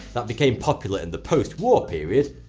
that became popular in the post war period.